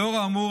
לאור האמור,